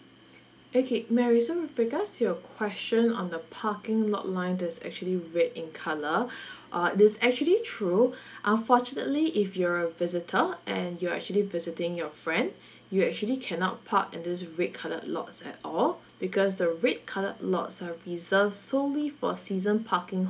okay mary so with regards to your question on the parking lot line that's actually red in colour uh is actually true unfortunately if you're a visitor and you're actually visiting your friend you actually cannot park in this red coloured lots at all because the red coloured lots are reserved solely for season parking